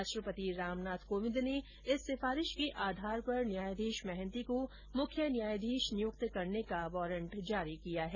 राष्ट्रपति रामनाथ कोविन्द ने इस सिफारिश के आधार पर न्यायाधीश महंती को मुख्य न्यायाधीश नियुक्त करने का वारंट जारी किया है